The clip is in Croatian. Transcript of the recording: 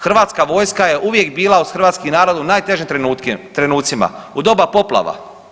Hrvatska vojska je uvijek bila uz hrvatski narod u najtežim trenucima, u doba poplava.